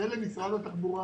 ולמשרד התחבורה